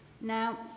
Now